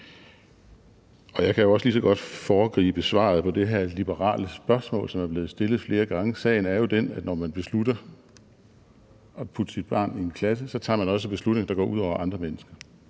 Jeg kan også lige så godt foregribe det her liberale spørgsmål, der er blevet stillet flere gange, og sige, at sagen er den, at når man beslutter at putte sit barn i en klasse, tager man også en beslutning, der går ud over andre mennesker,